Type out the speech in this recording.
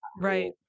right